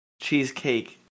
Cheesecake